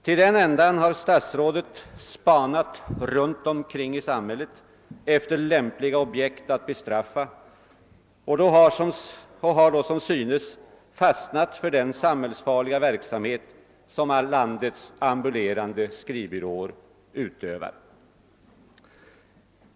Till den ändan har statsrådet spanat runt omkring i samhället efter lämpliga objekt att bestraffa och har då som synes fastnat för den samhällsfarliga verksamhet som alla landets ambulerande skrivbyråer utövar.